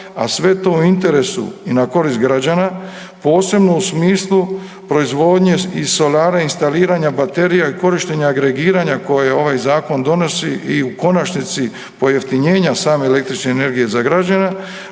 a sve to u interesu i na korist građana, posebno u smislu proizvodnje i solara, instaliranja baterija i korištenja agregiranja koje ovaj Zakon donosi i u konačnici, pojeftinjenja same električne energije za građane,